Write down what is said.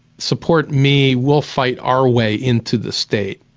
support me. we'll fight our way into the state.